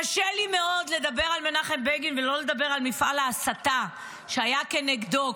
קשה לי מאוד לדבר על מנחם בגין ולא לדבר על מפעל ההסתה שהיה כנגדו.